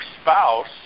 spouse